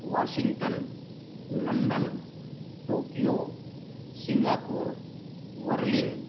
Washington London Tokyo Singapore Berlin